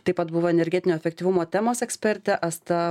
taip pat buvo energetinio efektyvumo temos ekspertė asta